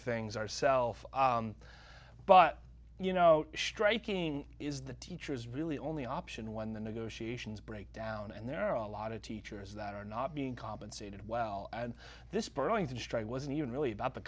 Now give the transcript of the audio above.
things ourself but you know striking is the teachers really only option when the negotiations break down and there are a lot of teachers that are not being compensated well and this burlington strike wasn't even really about the